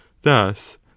Thus